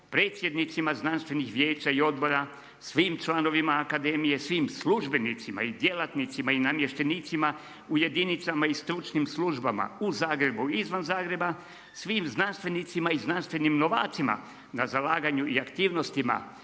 predsjednicima znanstvenih vijeća i odbora, svim članovima akademije, svim službenicima i djelatnicima i namještenicima u jedinicama i stručnim službama u Zagrebu i izvan Zagreba, svim znanstvenicima, i znanstvenim novacima, na zalaganju i aktivnostima,